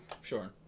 Sure